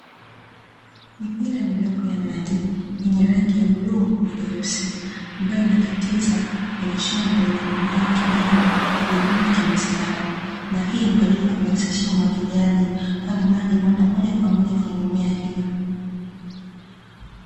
Mipira midogo ya maji yenye rangi ya bluu na nyeusi, ambayo inakatiza kwenye shamba lenye mimea ya kijani, imepandwa kimstari. Na hii ni kwa ajili ya kurahisisha umwagiliaji, kwani maji huenda moja kwa moja kwenye mimea hiyo.